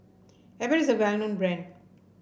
Abbott is a well known brand